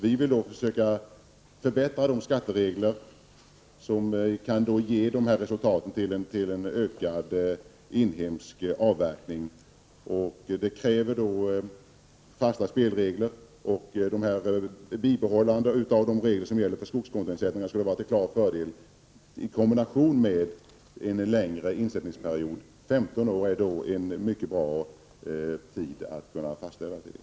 Vi för vår del vill förbättra skattereglerna och möjliggöra en ökning av den inhemska avverkningen. Då krävs fasta spelregler, och ett bibehållande av de regler som gäller för skogskontoinsättningar skulle vara en klar fördel i kombination med en längre insättningsperiod. 15 år är en mycket bra period.